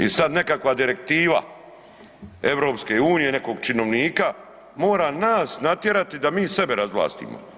I sad nekakva direktiva EU-a, nekog činovnika mora nas natjerati da mi sebe razvlastimo.